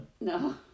no